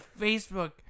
Facebook